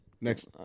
next